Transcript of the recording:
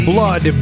Blood